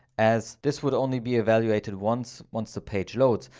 as this would only be evaluated once once the page loads.